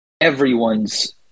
everyone's